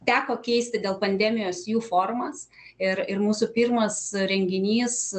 teko keisti dėl pandemijos jų formas ir ir mūsų pirmas renginys